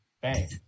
Bang